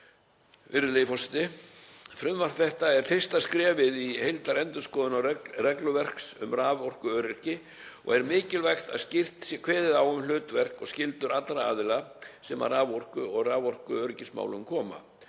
virðulegi forseti. Frumvarp þetta er fyrsta skrefið í heildarendurskoðun regluverks um raforkuöryggi og er mikilvægt að skýrt sé kveðið á um hlutverk og skyldur allra aðila sem að raforku og raforkuöryggismálum koma,